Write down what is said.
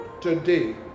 today